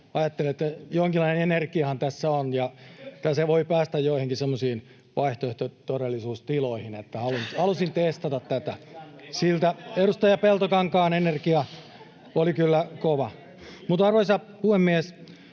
ajattelen, että jonkinlainen energiahan tässä on — tässä voi päästä joihinkin semmoisiin vaihtoehtotodellisuustiloihin, ja siksi halusin testata tätä. Edustaja Peltokankaan energia oli kyllä kova. Arvoisa puhemies!